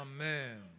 Amen